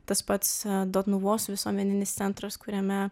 tas pats dotnuvos visuomeninis centras kuriame